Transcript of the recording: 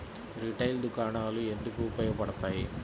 Retail దుకాణాలు ఎందుకు ఉపయోగ పడతాయి?